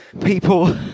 people